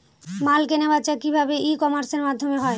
মাল কেনাবেচা কি ভাবে ই কমার্সের মাধ্যমে হয়?